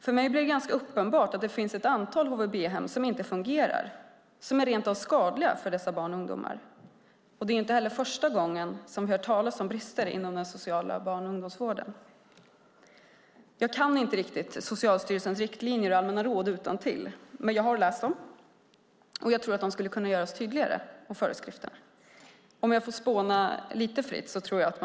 För mig blir det uppenbart att det finns ett antal HVB-hem som inte fungerar och som rent av är skadliga för dessa barn och ungdomar. Det är inte heller första gången vi hör talas om brister inom den sociala barn och ungdomsvården. Jag kan inte Socialstyrelsens riktlinjer och allmänna råd utantill. Jag har dock läst dem och tror att de och föreskrifterna skulle kunna göras tydligare.